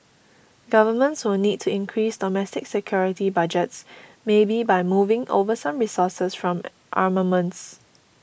governments will need to increase domestic security budgets maybe by moving over some resources from armaments